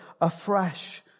afresh